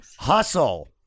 Hustle